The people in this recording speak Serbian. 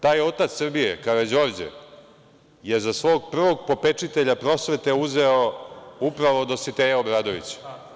Taj otac Srbije, Karađorđe, je za svog prvog popečitelja prosvete uzeo upravo Dositeja Obradovića.